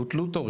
בוטלו תורים.